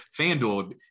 FanDuel